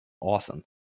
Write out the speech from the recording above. awesome